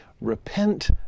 repent